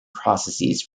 processes